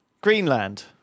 Greenland